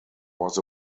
was